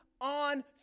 on